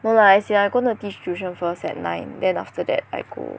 no lah as in I'm gonna teach tuition first at nine then after that I go